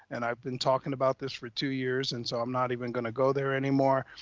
and i've been talking about this for two years. and so i'm not even gonna go there anymore.